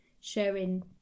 sharing